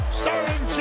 starring